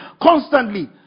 constantly